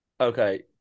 Okay